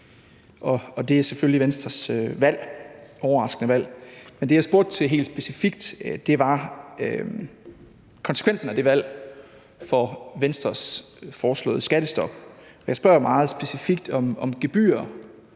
og det er selvfølgelig Venstres valg – overraskende valg. Men det, jeg spurgte til helt specifikt, var konsekvensen af det valg for Venstres foreslåede skattestop. Jeg spørger meget specifikt, om gebyrer